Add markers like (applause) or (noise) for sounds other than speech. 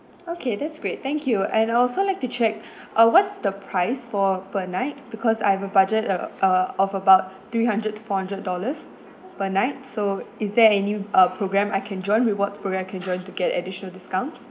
okay that's great thank you and I also like to check (breath) uh what's the price for per night because I have a budget uh uh of about three hundred to four hundred dollars per night so is there any uh program I can join rewards program I can join to get additional discounts